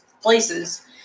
places